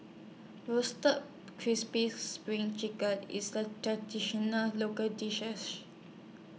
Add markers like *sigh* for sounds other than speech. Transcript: Roasted Crispy SPRING Chicken IS A Traditional Local *unintelligible*